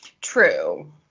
True